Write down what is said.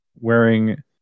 wearing